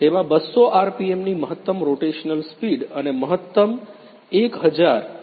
તેમાં 200 આરપીએમની મહત્તમ રોટેશનલ સ્પીડ અને મહત્તમ 1000 પ્રતિ મિનિટ છે